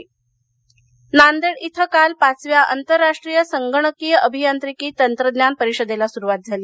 परिषद नांदेड नांदेड इथं काल पाचव्या आंतरराष्ट्रीय संगणकीय अभियांत्रिकी तंत्रज्ञान परिषदेला सुरवात झाली